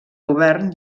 govern